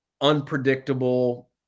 unpredictable